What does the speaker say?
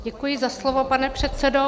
Děkuji za slovo, pane předsedo.